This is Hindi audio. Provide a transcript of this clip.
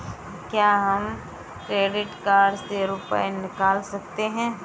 क्या हम क्रेडिट कार्ड से रुपये निकाल सकते हैं?